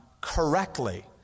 correctly